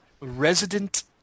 Resident